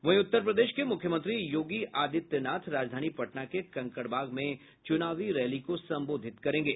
वहीं उत्तर प्रदेश के मुख्यमंत्री योगी आदित्यनाथ राजधानी पटना के कंकड़बाग में चुनावी रैली को संबोधित करेंगे